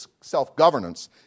self-governance